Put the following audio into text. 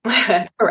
Correct